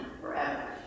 forever